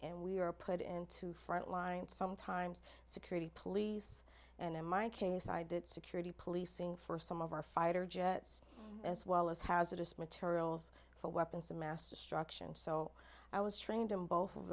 and we were put into frontline sometimes security police and in my case i did security policing for some of our fighter jets as well as hazardous materials for weapons of mass destruction so i was trained in both of